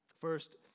First